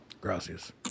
Gracias